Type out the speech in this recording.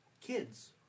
kids